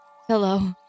hello